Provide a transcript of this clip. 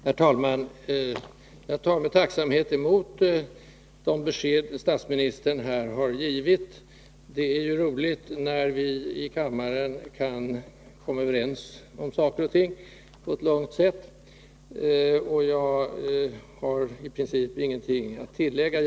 Herr talman! Jag tar med tacksamhet emot de besked statsministern här har givit. Det är trevligt när vi i kammaren kan komma överens om saker och ting på ett lugnt sätt, och jag har i princip ingenting att tillägga.